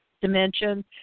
dimension